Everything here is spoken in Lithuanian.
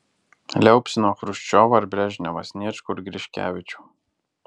liaupsino chruščiovą ir brežnevą sniečkų ir griškevičių